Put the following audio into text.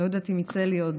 אני לא יודעת אם יצא לי עוד